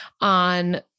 on